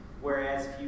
Whereas